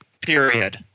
period